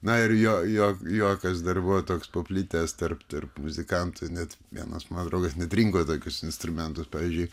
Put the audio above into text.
na ir jo jo juokas dar buvo toks paplitęs tarp tarp muzikantų net vienas mano draugas net rinko tokius instrumentus pavyzdžiui